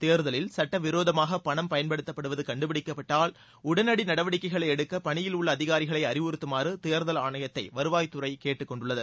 தேர்தலில் சட்டவிரோதமாக பணம் பயன்படுத்தப்படுவது கண்டுபிடிக்கப்பட்டால் உடனடி நடவடிக்கைளை எடுக்க பணியில் உள்ள அதிகாரிகளை அறிவுறுத்தமாறு தேர்தல் ஆணையத்தை வருவாய்த்துறை கேட்டுக்கொண்டுள்ளது